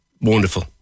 wonderful